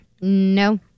No